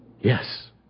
yes